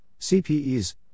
CPEs